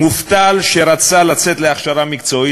מובטל שרצה לצאת להכשרה מקצועית,